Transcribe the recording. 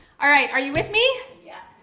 all right, are you with me? yeah.